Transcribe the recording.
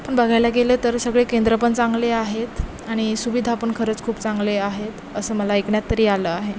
पण बघायला गेलं तर सगळे केंद्र पण चांगले आहेत आणि सुविधा पण खरंच खूप चांगले आहेत असं मला ऐकण्यात तरी आलं आहे